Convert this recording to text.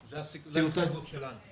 זו ההתחייבות שלנו.